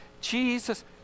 Jesus